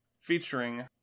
Featuring